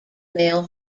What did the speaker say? male